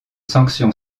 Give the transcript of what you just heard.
sanction